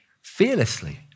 fearlessly